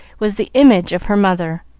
was the image of her mother,